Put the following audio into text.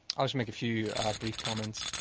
i'll make a few brief comments.